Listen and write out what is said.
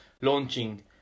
launching